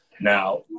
Now